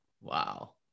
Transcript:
Wow